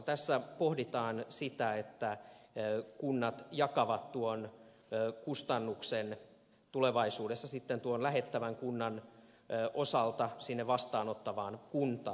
tässä pohditaan sitä että kunnat jakavat tuon kustannuksen tulevaisuudessa sitten tuon lähettävän kunnan osalta sinne vastaanottavaan kuntaan